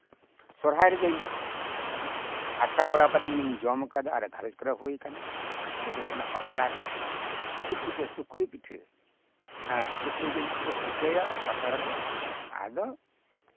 ᱥᱚᱨᱦᱟᱭ ᱨᱮᱫᱳᱧ ᱟᱴᱠᱟᱨ ᱵᱟᱲᱟ ᱟᱠᱟᱫᱟ ᱤᱧᱦᱚᱸ ᱟᱨᱤᱧ ᱡᱚᱢ ᱟᱠᱟᱫᱟ ᱜᱷᱟᱸᱨᱚᱸᱧᱡᱽ ᱠᱚᱨᱮ ᱦᱩᱭ ᱟᱠᱟᱱᱟ ᱚᱱᱟ ᱫᱚᱠᱚ ᱢᱮᱛᱟᱜ ᱠᱟᱱᱟ ᱯᱟᱛᱲᱟ ᱯᱤᱴᱷᱟᱹ ᱪᱮᱫ ᱯᱤᱴᱷᱟᱹ ᱥᱩᱠᱨᱤ ᱯᱤᱴᱷᱟᱹ ᱮᱸᱜ ᱥᱩᱠᱨᱤ ᱡᱤᱞ ᱠᱚ ᱯᱤᱴᱷᱟᱹᱭᱟ ᱯᱟᱛᱲᱟᱨᱮ ᱟᱫᱚ